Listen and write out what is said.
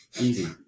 Easy